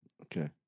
Okay